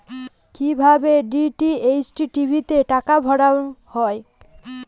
কি ভাবে DTH TV তে টাকা ভরা হয়?